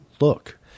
look